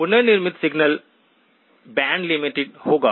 पुनर्निर्मित signal band limited होगा